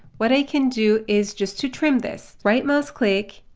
what i can do is just to trim this. right mouse click,